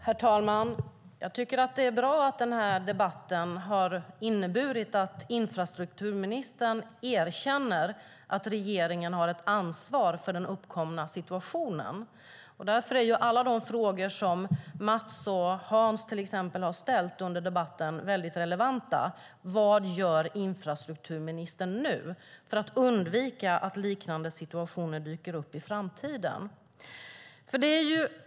Herr talman! Jag tycker att det är bra att den här debatten har inneburit att infrastrukturministern erkänner att regeringen har ett ansvar för den uppkomna situationen. Därför är alla de frågor som Mats och Hans har ställt under debatten mycket relevanta. Vad gör infrastrukturministern nu för att undvika att liknande situationer dyker upp i framtiden?